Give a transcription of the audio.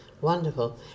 Wonderful